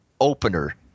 opener